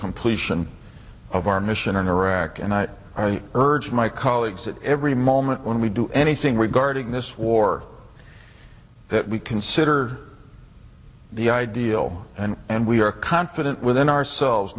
completion of our mission in iraq and i urge my colleagues at every moment when we do anything regarding this war that we consider the ideal and and we are confident within ourselves